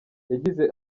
yagize